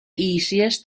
easiest